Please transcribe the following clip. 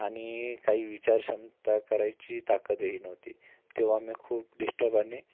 आणि काही विचारक्षमता करायची ताकदही नव्हती तेव्हा मी खूप डिस्टर्ब आणि